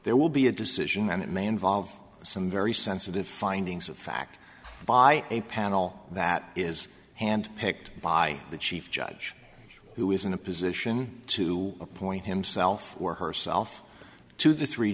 there will be a decision and it may involve some very sensitive findings of fact by a panel that is hand picked by the chief judge who is in a position to appoint himself or herself to the three